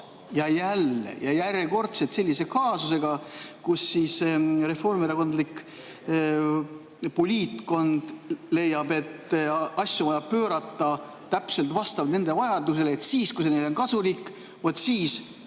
ja jälle ja järjekordselt sellise kaasusega, kus reformierakondlik poliitkond leiab, et asju on vaja pöörata täpselt vastavalt nende vajadusele: siis, kui see neile on kasulik, vaat siis